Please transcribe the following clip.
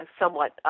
somewhat